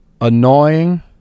Annoying